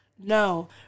No